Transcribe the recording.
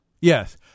Yes